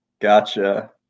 Gotcha